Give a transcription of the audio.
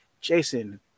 Jason